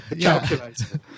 Calculator